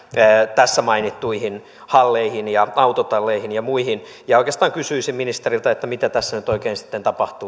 tässä mainittuihin halleihin ja autotalleihin ja muihin ja oikeastaan kysyisin ministeriltä mitä tässä oikein sitten tapahtuu